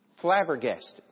flabbergasted